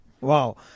Wow